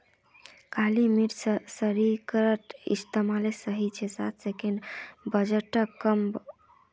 काली मिर्च शरीरक डिटॉक्सेर साथ ही साथ कैंसर, वजनक कम करवार तने एकटा प्रभावी औषधिर रूपत काम कर छेक